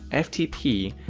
and http,